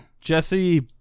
Jesse